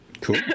Cool